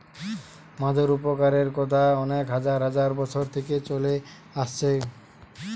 মধুর উপকারের কথা অনেক হাজার বছর থিকে চলে আসছে